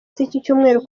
z’icyumweru